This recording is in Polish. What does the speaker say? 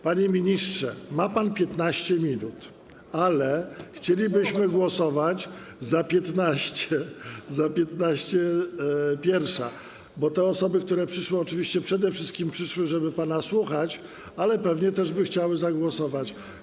Panie ministrze, ma pan 15 minut, ale chcielibyśmy głosować o godz. 12.45, bo te osoby, które przyszły, oczywiście przede wszystkim przyszły, żeby pana słuchać, ale pewnie też by chciały zagłosować.